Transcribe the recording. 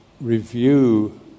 review